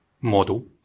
model